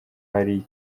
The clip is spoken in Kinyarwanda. hari